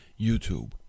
YouTube